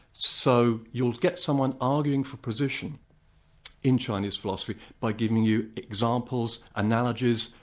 so you'll get someone arguing for position in chinese philosophy by giving you examples, analogies,